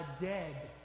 dead